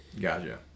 Gotcha